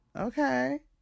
Okay